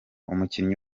umukinnyi